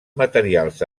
materials